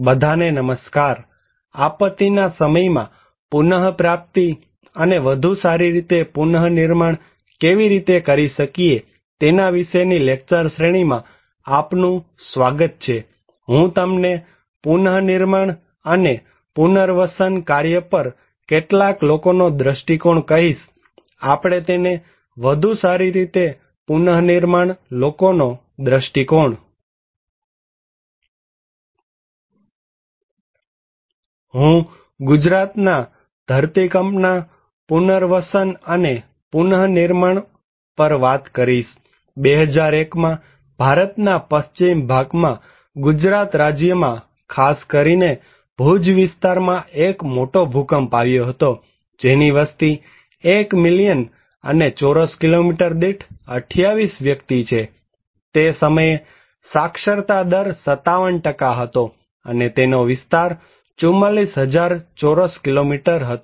બધાને નમસ્કારઆપત્તિના સમયમાં પુનઃપ્રાપ્તિ અને વધુ સારી રીતે પુનર્નિર્માણ કેવી રીતે કરી શકીએ તેના વિશેની લેક્ચર શ્રેણીમાં આપનું સ્વાગત છેહું તમને પુનનિર્માણ અને પુનર્વસન કાર્ય પર કેટલાક લોકોનો દ્રષ્ટિકોણ કહીશ આપણે તેને " વધુ સારી રીતે પુનર્નિર્માણ લોકો નો દ્રષ્ટિકોણ" હું ગુજરાતના ધરતીકંપના પુનર્વસન અને પુનર્નિર્માણ વાત કરીશ2001માં ભારતના પશ્ચિમ ભાગમાં ગુજરાત રાજ્યમાં ખાસ કરીને ભુજ વિસ્તારમાં એક મોટો ભૂકંપ આવ્યો હતો જેની વસ્તી 1 મિલિયન અને ચોરસ કિલોમીટર દીઠ 28 વ્યક્તિ છે તે સમયે સાક્ષરતા દર 57 હતો અને તેનો વિસ્તાર 44000 ચોરસ કિલોમીટર હતો